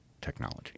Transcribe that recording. technology